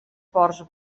ports